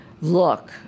look